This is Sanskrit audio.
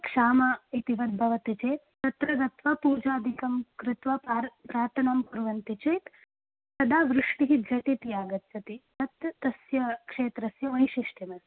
क्षाम इतिवद्भवति चेत् तत्र गत्वा पूजादिकं कृत्वा प्रार् प्रार्थनां कुर्वन्ति चेत् तदा वृष्टिः झटिति आगच्छति तत् तस्य क्षेत्रस्य वैशिष्ट्यमस्ति